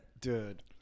dude